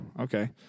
okay